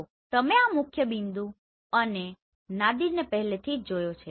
તો તમે આ મુખ્યબિંદુ અને નાદિરને પહેલેથી જ જોયો છે